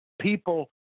people